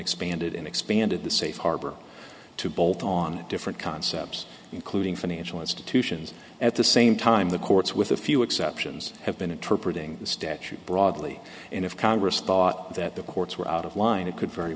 expanded and expanded the safe harbor to both on different concepts including financial institutions at the same time the courts with a few exceptions have been interpreted in the statute broadly and if congress thought that the courts were out of line it could very